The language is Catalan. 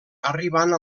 arribant